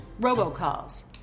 robocalls